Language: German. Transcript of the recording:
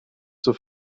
zur